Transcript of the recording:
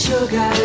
Sugar